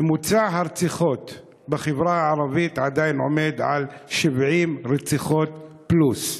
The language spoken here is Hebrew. ממוצע הרציחות בחברה הערבית עדיין עומד על 70 רציחות פלוס.